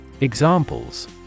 Examples